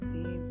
See